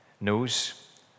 knows